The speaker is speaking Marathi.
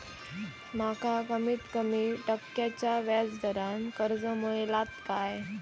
माका कमीत कमी टक्क्याच्या व्याज दरान कर्ज मेलात काय?